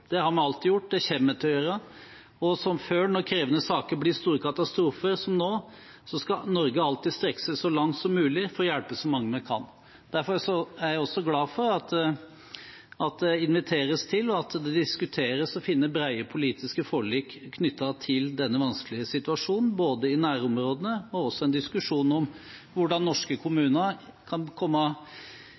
det har vi alltid gjort, og det kommer vi til å gjøre. Som før, når krevende saker blir store katastrofer som nå, skal vi i Norge alltid strekke oss så langt som mulig for å hjelpe så mange vi kan. Derfor er jeg også glad for at det inviteres til, og at det diskuteres, å finne brede politiske forlik knyttet til denne vanskelige situasjonen, i nærområdene, og at det også er en diskusjon om hvordan norske kommuner kan komme